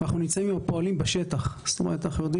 אנו יורדים